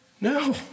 No